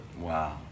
Wow